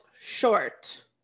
short